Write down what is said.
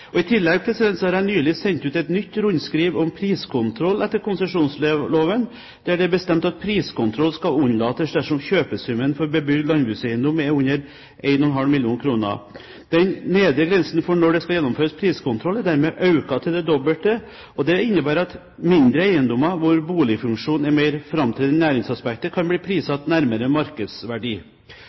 forenkling. I tillegg har jeg nylig sendt ut et nytt rundskriv om priskontroll etter konsesjonsloven, der det er bestemt at priskontroll skal unnlates dersom kjøpesummen for bebygd landbrukseiendom er under 1,5 mill. kr. Den nedre grensen for når det skal gjennomføres priskontroll, er dermed økt til det dobbelte. Det innebærer at mindre eiendommer, hvor boligfunksjonen er mer framtredende enn næringsaspektet, kan bli prissatt nærmere markedsverdi.